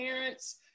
parents